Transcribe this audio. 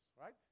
right